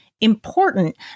important